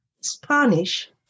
Spanish